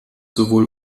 sowohl